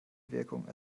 wirkung